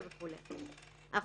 אנחנו